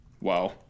Wow